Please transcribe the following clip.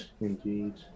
indeed